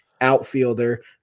outfielder